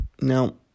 Now